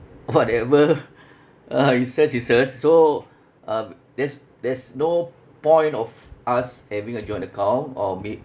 whatever ah is hers is hers so uh there's there's no point of us having a joint account or may~